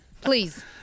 Please